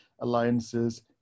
alliances